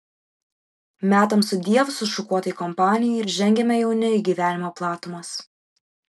metam sudiev sušukuotai kompanijai ir žengiame jauni į gyvenimo platumas